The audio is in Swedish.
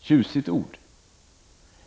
tjusigt ord.